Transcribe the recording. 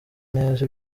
neza